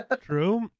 true